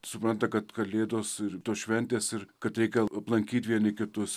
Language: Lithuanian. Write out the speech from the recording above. supranta kad kalėdos ir tos šventės ir kad reikia aplankyt vieni kitus